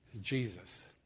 Jesus